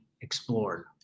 explored